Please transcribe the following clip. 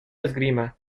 esgrima